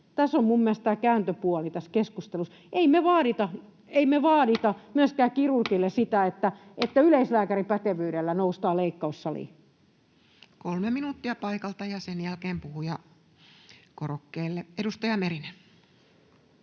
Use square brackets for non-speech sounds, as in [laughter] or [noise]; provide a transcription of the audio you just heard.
tämä keskustelun kääntöpuoli. Ei vaadita [noise] myöskään kirurgilta sitä, että yleislääkärin pätevyydellä noustaan leikkaussaliin. Kolme minuuttia paikalta, ja sen jälkeen puhujakorokkeelle. — Edustaja Merinen.